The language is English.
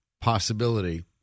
possibility